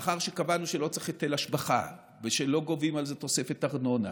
מאחר שקבענו שלא צריך היטל השבחה ושלא גובים על זה תוספת ארנונה